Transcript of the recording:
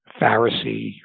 Pharisee